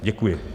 Děkuji.